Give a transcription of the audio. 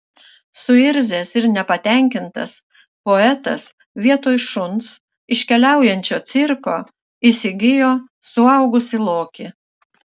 suirzęs ir nepatenkintas poetas vietoj šuns iš keliaujančio cirko įsigijo suaugusį lokį